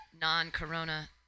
Non-corona